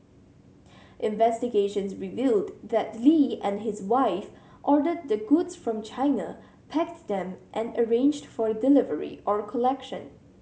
investigations revealed that Lee and his wife ordered the goods from China packed them and arranged for delivery or collection